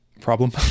problem